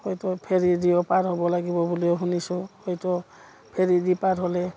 হয়তো ফেৰি দিও পাৰ হ'ব লাগিব বুলিও শুনিছোঁ হয়তো ফেৰি দি পাৰ হ'লে